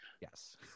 yes